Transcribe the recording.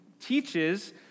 teaches